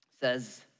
says